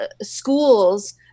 school's